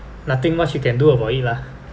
nothing much you can do about it lah